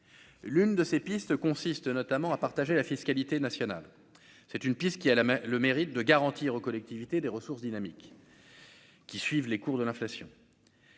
l'une de ces pistes consiste notamment à partager la fiscalité nationale c'est une pièce qui a la main le mérite de garantir aux collectivités des ressources dynamiques qui suivent les cours de l'inflation,